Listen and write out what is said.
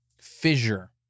fissure